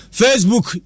facebook